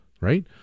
right